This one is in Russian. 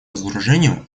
разоружению